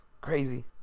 Crazy